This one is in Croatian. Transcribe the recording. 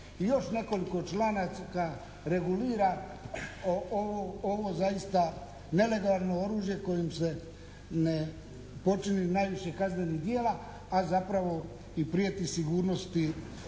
još nekoliko članaka regulira ovo zaista nelegalno oružje kojim se ne počini najviše kaznenih djela, a zapravo i prijeti sigurnosti